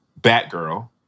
Batgirl